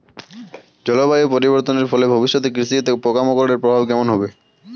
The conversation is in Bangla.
জলবায়ু পরিবর্তনের ফলে ভবিষ্যতে কৃষিতে পোকামাকড়ের প্রভাব কেমন হবে?